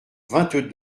vingt